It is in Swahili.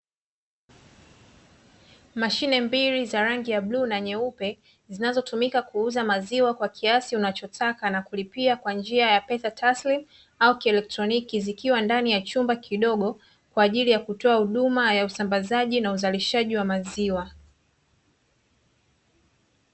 Mashine mbili za rangi ya bluu na nyeupe, zinazotumika kuuza maziwa kwa kiasi unachotaka na kulipia kwa njia ya pesa taslimu au kielektroniki zikiwa ndani ya chumba kidogo, kwa ajili ya kutoa huduma ya usambazaji na uzalishaji wa maziwa.